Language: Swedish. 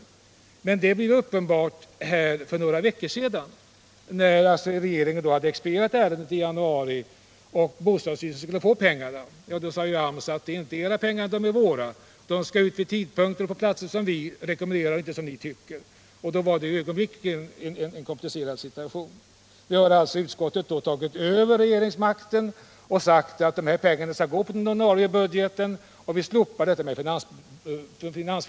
Att det var felaktigt att här använda sig av finansfullmakten blev uppenbart för några veckor sedan, när bostadsstyrelsen skulle få pengarna sedan regeringen hade expedierat ärendet i januari. AMS sade ju då: Det här är inte era pengar, utan det är våra, och de skall ut vid tidpunkter och på platser som vi rekommenderar. Vi fick således då en komplicerad situation. Nu har utskottet tagit över ärendet och sagt att pengarna skall gå på den normala budgeten och att man skall slopa detta med finansfullmakten.